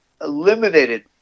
eliminated